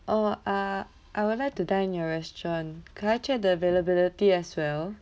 oh uh I would like to dine in your restaurant can I check the availability as well